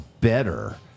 better